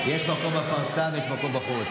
יש מקום בפרסה ויש מקום בחוץ.